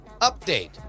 update